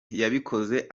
yabikoze